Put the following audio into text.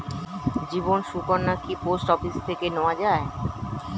জীবন সুকন্যা কি post office থেকে নেওয়া যায়?